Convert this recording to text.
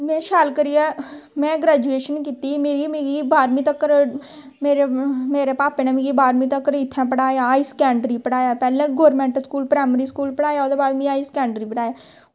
में शैल करियै में ग्रैजुएशन कीती मिगी मिगी बाह्रमीं तक्कर मेरे पापे ने मिगी बाह्रमीं तक्कर इत्थें पढ़ाया हाई सकैंडरी पढ़ाया पैह्ले गौरमैंट प्रैमरी स्कूल पढ़ाया ओह्दे बाद हाई सकैंडरी पढ़ाया